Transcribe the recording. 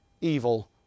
evil